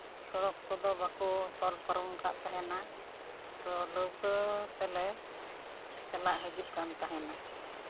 ᱥᱚᱲᱚᱠ ᱠᱚᱫᱚ ᱵᱟᱠᱚ ᱛᱚᱞ ᱯᱟᱨᱚᱢ ᱟᱠᱟᱫ ᱛᱟᱦᱮᱱᱟ ᱛᱚ ᱞᱟᱹᱣᱠᱟᱹ ᱛᱮᱞᱮ ᱪᱟᱞᱟᱜ ᱦᱤᱡᱩᱜ ᱠᱟᱱ ᱛᱟᱦᱮᱱᱟ